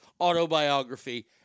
autobiography